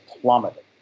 plummeted